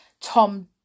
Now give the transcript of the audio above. Tom